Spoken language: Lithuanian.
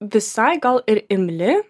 visai gal ir imli